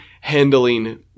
handling